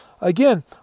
Again